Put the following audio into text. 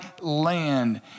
land